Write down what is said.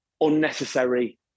unnecessary